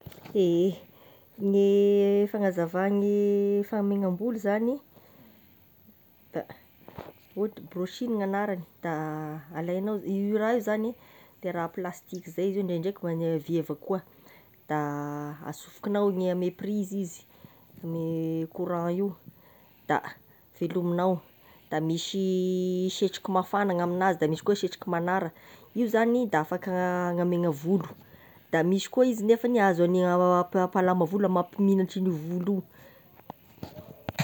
Ehe gne fagnazavagny fanamaignambolo zagny, da ohatry brushing gn'agnarany da alaignao, io raha io zagny de raha plastique zay izy io ndraindraiky koa gne vy avao akoa, da asofokignao gn'ame prizy izy, ny courant io da velomignao, da misy setroky mafagna gn'aminazy de misy koa setroky magnara, io zagny da afaka agnamaigna volo, da misy koa izy nefany azo agnigna ampa- mampalama volo mampimilatry io volo io.